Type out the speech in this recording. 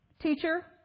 Teacher